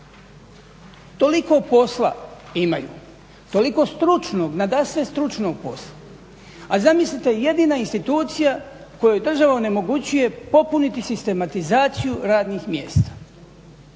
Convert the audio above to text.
Toliko posla imaju, toliko stručnog, nadasve stručnog posla a zamislite jedina institucija kojoj država onemogućuje popuniti sistematizaciju radnih mjesta.